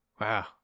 Wow